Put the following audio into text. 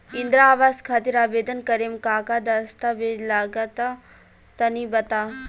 इंद्रा आवास खातिर आवेदन करेम का का दास्तावेज लगा तऽ तनि बता?